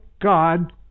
God